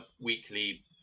weekly